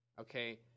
Okay